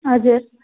हजुर